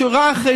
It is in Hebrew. שורה אחת,